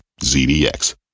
ZDX